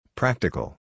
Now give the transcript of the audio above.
Practical